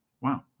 Wow